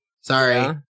Sorry